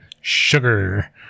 sugar